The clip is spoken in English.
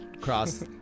cross